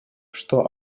что